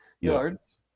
yards